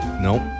Nope